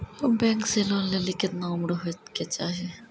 Bank से loan लेली केतना उम्र होय केचाही?